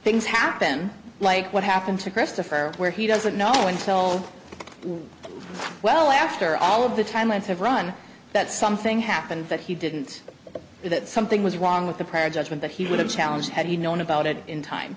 things happen like what happened to christopher where he doesn't know until well after all of the timelines have run that something happened that he didn't know that something was wrong with the prior judgement that he would have challenged had he known about it in time